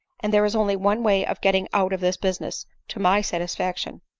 and there is only one way of getting out of this business to my satisfaction.